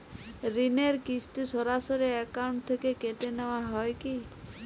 ঋণের কিস্তি সরাসরি অ্যাকাউন্ট থেকে কেটে নেওয়া হয় কি?